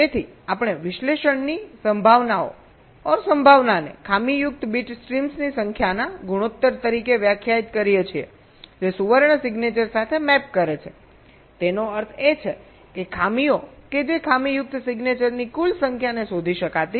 તેથી આપણે વિશ્લેષણની સંભાવનાને ખામીયુક્ત બીટ સ્ટ્રીમ્સની સંખ્યાના ગુણોત્તર તરીકે વ્યાખ્યાયિત કરીએ છીએ જે સુવર્ણ સિગ્નેચર સાથે મેપ કરે છેતેનો અર્થ એ છે કે ખામીઓ કે જે ખામીયુક્ત સિગ્નેચરની કુલ સંખ્યાને શોધી શકાતી નથી